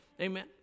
Amen